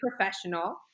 professional